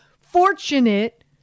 fortunate